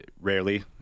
rarely